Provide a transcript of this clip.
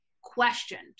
questioned